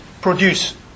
produce